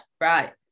right